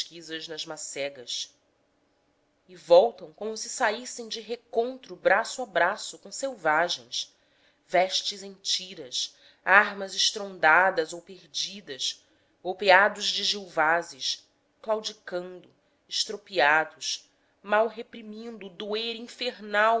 pesquisas nas macegas e voltam como se saíssem de recontro braço a braço com selvagens vestes em tiras armas estrondeadas ou perdidas golpeadas de gilvazes claudicando estropiados mal reprimindo o doer infernal